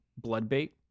Bloodbait